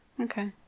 Okay